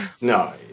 No